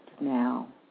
now